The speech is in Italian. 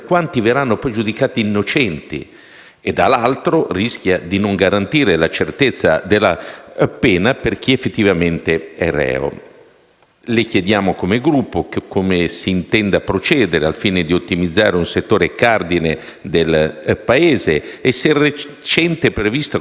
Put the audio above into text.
e, dall'altro, rischia di non garantire la certezza della pena per chi effettivamente è reo, le chiediamo come Gruppo come si intenda procedere al fine di ottimizzare un settore cardine del Paese e se il recente previsto accorpamento degli uffici giudiziari